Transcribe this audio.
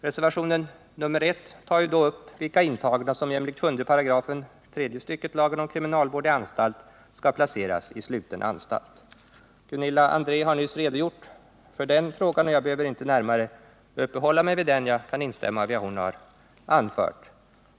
nyss redogjort för denna fråga, och jag behöver inte närmare uppehålla mig Nr 52 vid den. Jag kan instämma i vad hon har anfört.